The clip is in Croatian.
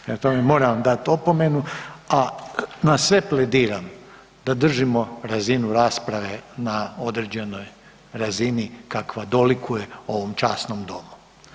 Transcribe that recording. Prema tome, moram vam dat opomenu, a na sve plediram da držimo razinu rasprave na određenoj razini kakva dolikuje ovom časnom domu.